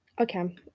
okay